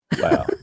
Wow